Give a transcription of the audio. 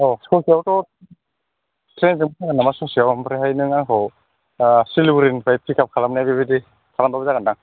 औ ससेयावथ' ट्रेनजों बो जागोन नामा ससेयाव आमफ्रायहाय नों आंखौ सिलिगुरिनिफ्राय पिकआप खालामनाय बिदि खालामबाबो जागोनदां